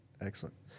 Excellent